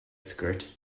skirt